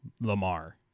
Lamar